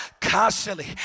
constantly